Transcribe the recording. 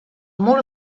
mur